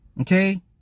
okay